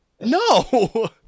no